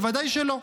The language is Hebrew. בוודאי שלא.